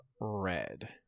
red